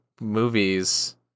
movies